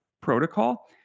protocol